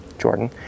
Jordan